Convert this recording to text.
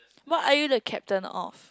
what are you the captain of